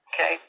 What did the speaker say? Okay